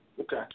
Okay